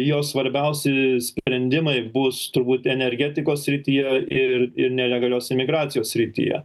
jo svarbiausi sprendimai bus turbūt energetikos srityje ir ir nelegalios imigracijos srityje